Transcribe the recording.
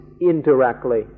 indirectly